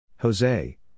Jose